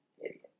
Idiot